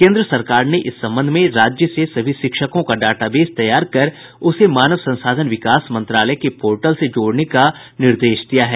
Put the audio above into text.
केंद्र सरकार ने इस संबंध में राज्य से सभी शिक्षकों का डाटाबेस तैयार कर उसे मानव संसाधन विकास मंत्रालय के पोर्टल से जोड़ने का निर्देश दिया है